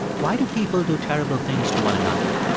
why do people do terrible things to one another?